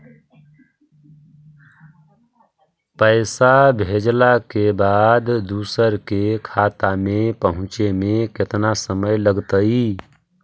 पैसा भेजला के बाद दुसर के खाता में पहुँचे में केतना समय लगतइ?